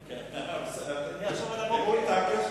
לנו זמן עד הבוקר.